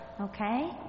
Okay